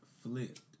flipped